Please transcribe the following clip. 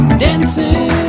dancing